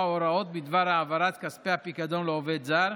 הוראות בדבר העברת כספי הפיקדון לעובד זר,